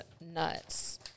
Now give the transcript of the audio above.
nuts